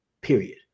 Period